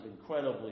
incredibly